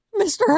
Mr